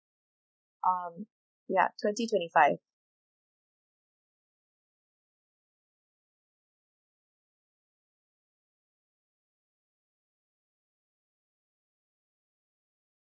um ya twenty twenty five